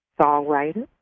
songwriter